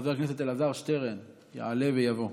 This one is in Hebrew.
חבר הכנסת אלעזר שטרן יעלה ויבוא.